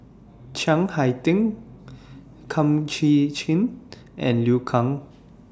Chiang Hai Ding Kum Chee Kin and Liu Kang